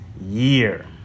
year